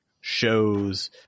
shows